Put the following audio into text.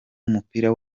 w’umupira